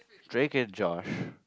drake-and-josh